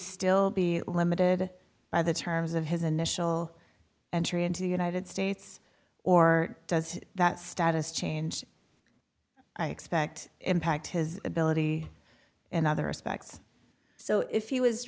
still be limited by the terms of his initial entry into the united states or does that status change i expect impact his ability in other respects so if he was